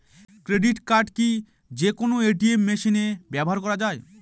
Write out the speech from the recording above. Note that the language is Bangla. ক্রেডিট কার্ড কি যে কোনো এ.টি.এম মেশিনে ব্যবহার করা য়ায়?